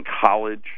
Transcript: college